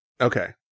Okay